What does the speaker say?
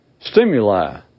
stimuli